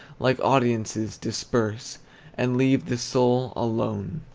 like audiences, disperse and leave the soul alone.